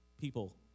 people